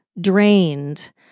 drained